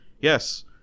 yes